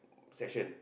section